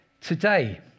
Today